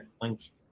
Thanks